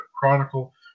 Chronicle